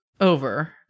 over